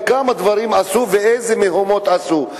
כמה דברים עשו ואיזה מהומות עשו.